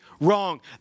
wrong